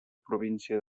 província